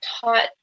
taught